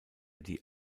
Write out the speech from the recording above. die